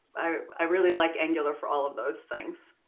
i really like angular for all of those things.